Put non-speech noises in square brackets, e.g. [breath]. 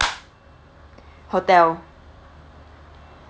[breath] hotel